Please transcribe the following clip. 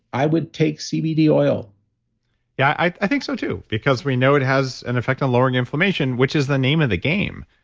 i would take cbd oil yeah, i think so, too, because we know it has an effect on lowering inflammation, which is the name of the game.